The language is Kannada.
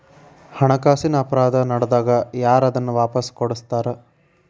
ಹಣಕಾಸಿನ್ ಅಪರಾಧಾ ನಡ್ದಾಗ ಯಾರ್ ಅದನ್ನ ವಾಪಸ್ ಕೊಡಸ್ತಾರ?